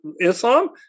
Islam